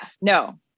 No